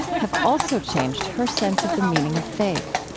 have also changed her sense of the meaning of faith